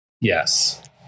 Yes